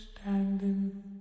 standing